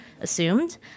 assumed